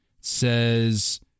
says